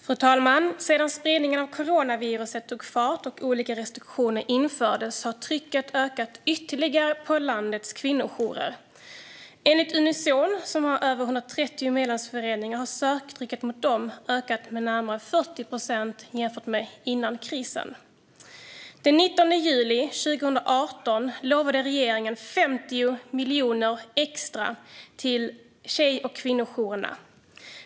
Fru talman! Sedan spridningen av coronaviruset tog fart och olika restriktioner infördes har trycket ökat ytterligare på landets kvinnojourer. Enligt Unizon, som har över 130 medlemsföreningar, har söktrycket ökat med närmare 40 procent jämfört med före krisen. Den 19 juli 2018 lovade regeringen 50 miljoner extra till tjej och kvinnojourerna.